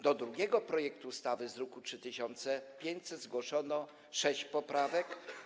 Do drugiego projektu ustawy z druku nr 3500 zgłoszono sześć poprawek.